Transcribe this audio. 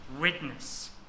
witness